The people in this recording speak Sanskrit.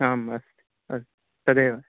आम् अस्ति अस्ति तदेव